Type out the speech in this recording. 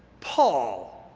paul,